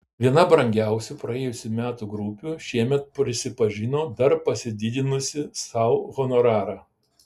viena brangiausių praėjusių metų grupių šiemet prisipažino dar pasididinusi sau honorarą